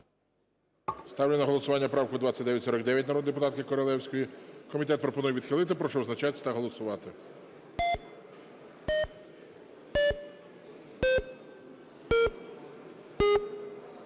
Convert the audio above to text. Ставлю на голосування правку 2949 народної депутатки Королевської. Комітет пропонує відхилити. Прошу визначатися та голосувати.